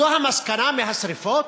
זו המסקנה מהשרפות?